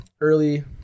early